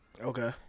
Okay